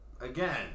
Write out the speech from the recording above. Again